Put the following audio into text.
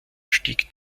stieg